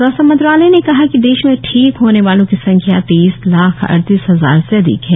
स्वास्थ्य मंत्रालय ने कहा कि देश में ठीक होने वालों की संख्या तेईस लाख अड़तीस हजार से अधिक है